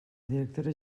directora